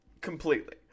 Completely